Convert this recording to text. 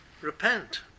repent